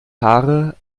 haare